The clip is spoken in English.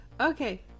Okay